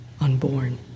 unborn